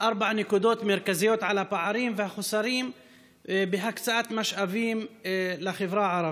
ארבע נקודות מרכזיות על הפערים והחוסרים בהקצאת משאבים לחברה הערבית,